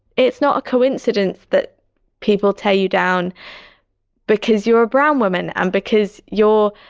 it's not a coincidence that people tear you down because you're a brown woman and because you're,